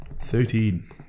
Thirteen